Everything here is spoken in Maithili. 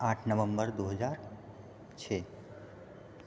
आठ नवम्बर दू हजार छओ